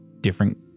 different